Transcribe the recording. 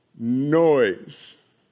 Noise